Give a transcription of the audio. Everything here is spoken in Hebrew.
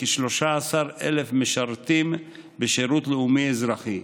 כ-13,000 משרתים בשירות לאומי-אזרחי,